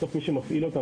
בסוף מי שמפעיל את זה,